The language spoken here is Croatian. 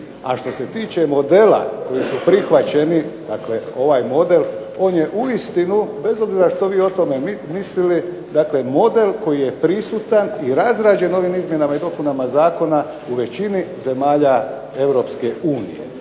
A što se tiče modela koji su prihvaćeni, dakle ovaj model on je uistinu, bez obzira što vi o tome mislili, dakle model koji je prisutan i razrađen ovim izmjenama i dopunama zakona u većini zemalja Europske unije